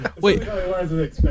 Wait